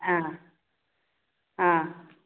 ஆ ஆ